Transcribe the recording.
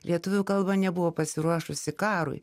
lietuvių kalba nebuvo pasiruošusi karui